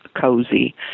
cozy